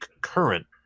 current